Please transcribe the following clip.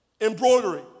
embroidery